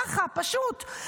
ככה, פשוט.